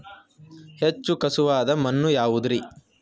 ಹೆಚ್ಚು ಖಸುವಾದ ಮಣ್ಣು ಯಾವುದು ರಿ?